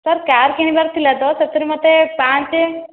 sir car କିଣିବାର ଥିଲା ତ ସେଥିରେ ମୋତେ ପାଞ୍ଚ